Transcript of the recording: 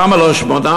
למה לא 800?